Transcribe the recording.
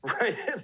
right